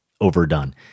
overdone